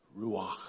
ruach